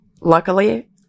luckily